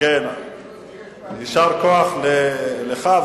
יישר כוח לך,